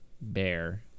bear